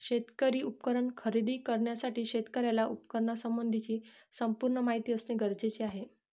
शेती उपकरण खरेदी करण्यासाठी शेतकऱ्याला उपकरणासंबंधी संपूर्ण माहिती असणे गरजेचे आहे